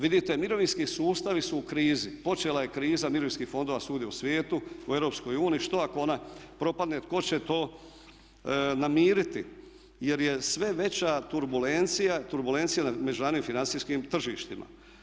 Vidite mirovinski sustavi su u krizi, počela je kriza mirovinskih fondova svugdje u svijetu, u EU, što ako ona propadne, tko će to namiriti jer je sve veća turbulencija, turbulencija na međunarodnim financijskim tržištima.